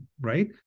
right